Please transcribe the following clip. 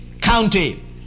county